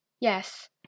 Yes